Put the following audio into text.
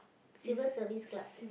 Civil-Service-Club